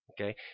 Okay